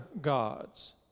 gods